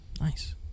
Nice